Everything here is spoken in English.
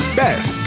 best